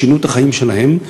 שינו את החיים שלהם,